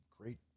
great